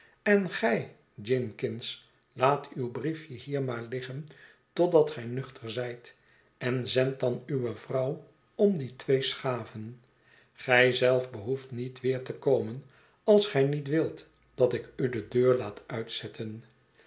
en gij jinkins laat uw briefje hier maar liggen totdat gij nuchter zijt en zend dan uwe vrouw om die twee schaven gij zelf behoeft niet weer te komen als gij niet wilt dat ik u de deurlaat uitzetten